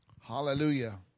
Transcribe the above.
Hallelujah